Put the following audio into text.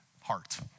heart